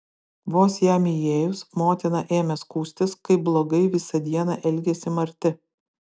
vos jam įėjus motina ėmė skųstis kaip blogai visą dieną elgėsi marti